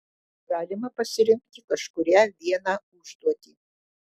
galima pasirinkti kažkurią vieną užduotį